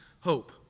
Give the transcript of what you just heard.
hope